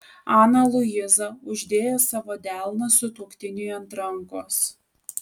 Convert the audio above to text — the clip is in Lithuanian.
ana luiza uždėjo savo delną sutuoktiniui ant rankos